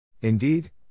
Indeed